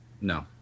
No